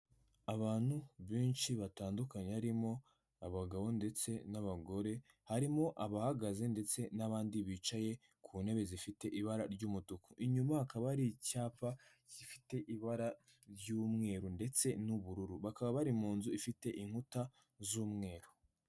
Abantu benshi batandukanye, harimo abagabo ndetse n'abagore, harimo abahagaze ndetse n'abandi bicaye ku ntebe zifite ibara ry'umutuku, inyuma hakaba hari icyapa gifite ibara ry'umweru ndetse n'ubururu, bakaba bari mu nzu ifite inkuta z'umweru.